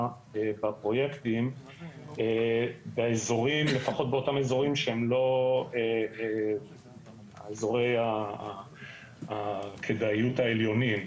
בפרויקטים לפחות באותם אזורים שהם לא אזורי הכדאיות העליונים,